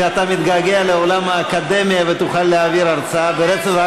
שאתה מתגעגע לעולם האקדמיה ותוכל להעביר הרצאה ברצף.